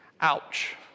ouch